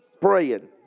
Praying